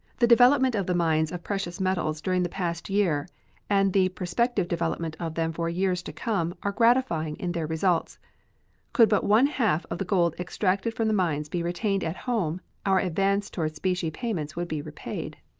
the development of the mines of precious metals during the past year and the prospective development of them for years to come are gratifying in their results could but one-half of the gold extracted from the mines be retained at home, our advance toward specie payments would be rapid.